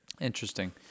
Interesting